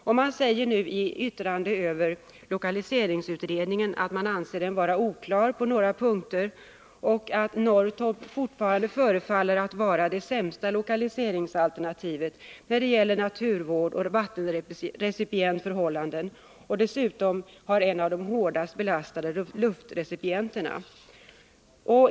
Kommunen säger nu i sitt yttrande över lokaliseringsutredningen att den är oklar på några punkter och att Norrtorp fortfarande förefaller vara det 5msta lokaliseringsalternativet när det gäller naturvård och vattenrecipientförhållanden. Dessutom har Norrtorp en av de hårdast belastade luftrecipienterna.